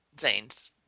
Zane's